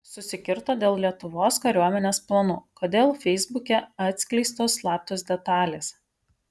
susikirto dėl lietuvos kariuomenės planų kodėl feisbuke atskleistos slaptos detalės